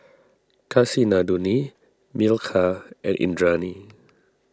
Kasinadhuni Milkha and Indranee